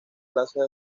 plazas